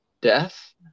death